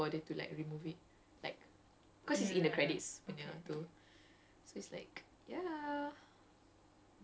and like the singapore people don't even bo~ the singapore punya what I_M_D or something they don't even bother to like remove it like